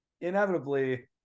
inevitably